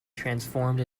transformed